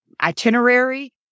itinerary